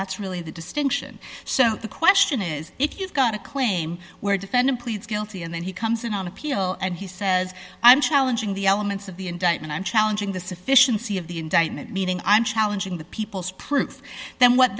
that's really the distinction so the question is if you've got a claim where defendant pleads guilty and then he comes in on appeal and he says i'm challenging the elements of the indictment i'm challenging the sufficiency of the indictment meaning i'm challenging the peoples proof then what